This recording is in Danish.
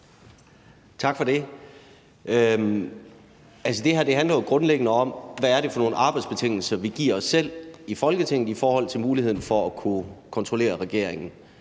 Tak for det. Det her handler jo grundlæggende om, hvad det er for nogle arbejdsbetingelser, vi giver os selv i Folketinget i forhold til muligheden for at kunne kontrollere regeringen.